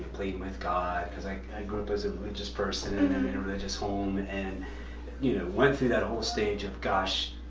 pleading with god because i grew up as a religious person and um in a religious home, and you know went through that whole stage of, gosh,